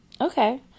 Okay